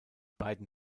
beiden